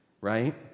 Right